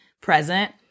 present